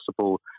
possible